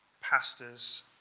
pastors